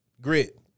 grit